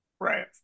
right